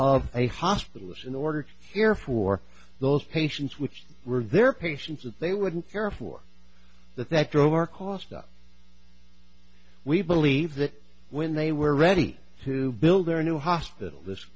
of a hospital was in order to care for those patients which were their patients that they wouldn't care for that that drove our cost up we believe that when they were ready to build their new hospital this